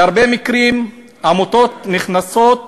בהרבה מקרים עמותות נכנסות